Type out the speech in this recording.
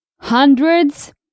Hundreds